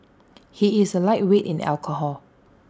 he is A lightweight in alcohol